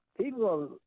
people